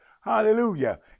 Hallelujah